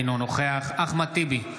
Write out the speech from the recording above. אינו נוכח אחמד טיבי,